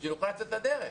כדי שנוכל לצאת לדרך.